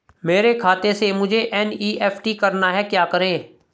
मेरे खाते से मुझे एन.ई.एफ.टी करना है क्या करें?